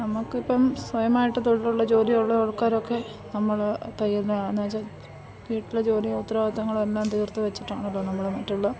നമുക്ക് ഇപ്പം സ്വയമായിട്ട് തൊഴിലുള്ള ജോലി ഉള്ള ആൾക്കാരൊക്കെ നമ്മൾ തയ്യലിന് എന്നുവെച്ചാൽ വീട്ടിലെ ജോലിയും ഉത്തരവാദിത്തങ്ങളെല്ലാം തീർത്ത് വെച്ചിട്ടാണല്ലോ നമ്മൾ മറ്റുള്ള